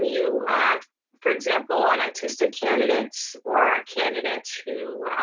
you know for example, an autistic candidate or a candidate who